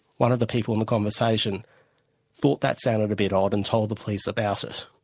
one of the people in the conversation thought that sounded a bit odd, and told the police about it.